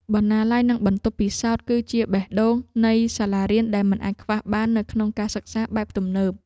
បណ្ណាល័យនិងបន្ទប់ពិសោធន៍ គឺជាបេះដូងនៃសាលារៀនដែលមិនអាចខ្វះបាននៅក្នុងការសិក្សាបែបទំនើប។